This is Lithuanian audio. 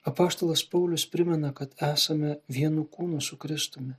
apaštalas paulius primena kad esame vienu kūnu su kristumi